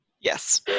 Yes